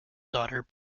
daughter